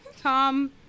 Tom